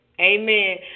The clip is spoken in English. Amen